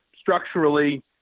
structurally